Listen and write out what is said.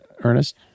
Ernest